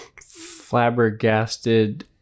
flabbergasted